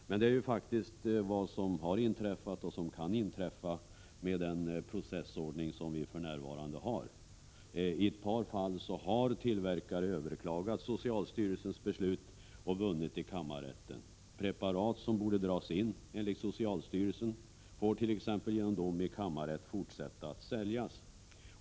Men det är faktiskt vad som har inträffat och vad som kan inträffa med den processordning som vi för närvarande har. I ett par fall har tillverkare överklagat socialstyrelsens beslut och vunnit i kammarrätten. Preparat som enligt socialstyrelsen borde dras in får t.ex. genom dom i kammarrätten fortsätta att säljas.